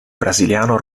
brasiliano